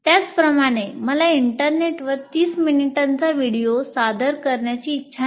त्याचप्रमाणे मला इंटरनेटवर 30 मिनिटांचा व्हिडिओ सादर करण्याची इच्छा नाही